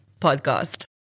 podcast